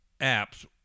apps